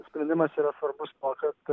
sprendimas yra svarbus tuo kad